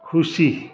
खुसी